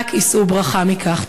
רק יישאו ברכה מכך.